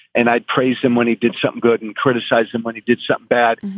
and i'd praised him when he did some good and criticized him when he did some bad.